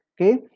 okay